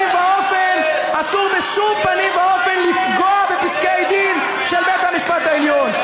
ואופן לפגוע בפסקי-דין של בית-המשפט העליון.